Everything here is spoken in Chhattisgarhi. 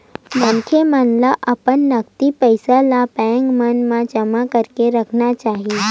मनखे मन ल अपन नगदी पइया ल बेंक मन म जमा करके राखना चाही